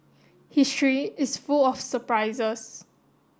history is full of surprises